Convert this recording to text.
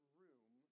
room